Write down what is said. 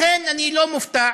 לכן, אני לא מופתע